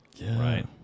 Right